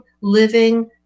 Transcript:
living